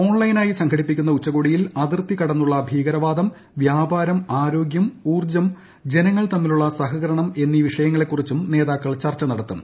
ഓൺലൈനായി സംഘടിപ്പിക്കുന്നു ഉച്ച്കോടിയിൽ അതിർത്തി കടന്നുള്ള ഭീകരവാദം വ്യാപാര്യം ആർജ്ജം ജനങ്ങൾ തമ്മിലുള്ള സഹകരണം എന്നീ വിഷയങ്ങളെക്കുറിച്ചും നേതാക്കൾ തമ്മിൽ ചർച്ച നടത്തും